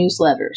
newsletters